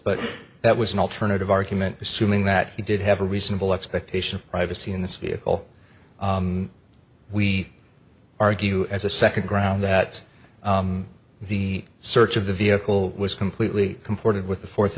but that was an alternative argument assuming that he did have a reasonable expectation of privacy in this vehicle we argue as a second ground that the search of the vehicle was completely comported with the fourth